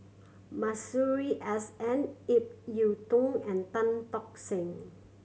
Masuri S N Ip Yiu Tung and Tan Tock Seng